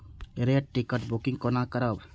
Rail ticket booking कोना करब?